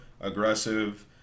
aggressive